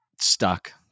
stuck